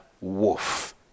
wolf